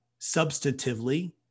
substantively